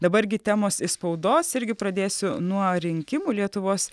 dabar gi temos iš spaudos irgi pradėsiu nuo rinkimų lietuvos